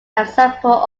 example